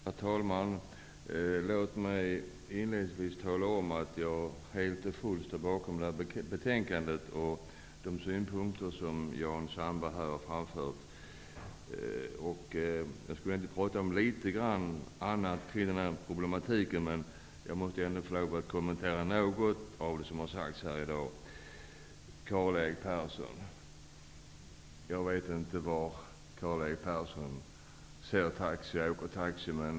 Herr talman! Låt mig inledningsvis tala om att jag helt och fullt står bakom betänkandet och de synpunkter som Jan Sandberg har framfört här. Jag har för avsikt att ta upp en del andra aspekter på detta problem, men jag måste ändock få lov att kommentera något av det som har sagts här i dag. Jag vet inte var Karl-Erik Persson åker taxi.